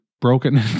broken